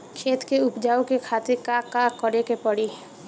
खेत के उपजाऊ के खातीर का का करेके परी?